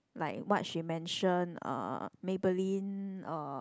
like what she mention uh Maybelline uh